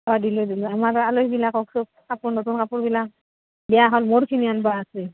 অঁ দিলোঁ দিলোঁ আমাৰ আলহিবিলাকক চব কাপোৰ নতুন কাপোৰবিলাক বেয়া হ'ল মোৰখিনি আনবা আছে